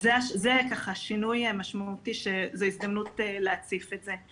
זה שינוי משמעותי שזו הזדמנות להציף את זה.